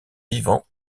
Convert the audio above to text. vivants